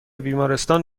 بیمارستان